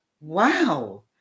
wow